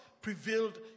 prevailed